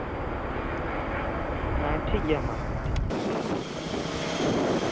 ᱦᱮᱸ ᱴᱷᱤᱠ ᱜᱮᱭᱟ ᱢᱟ ᱴᱷᱤᱠ ᱜᱮᱭᱟ